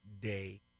day